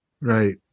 Right